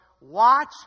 Watch